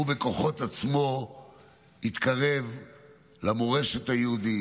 הוא בכוחות עצמו התקרב למורשת היהודית,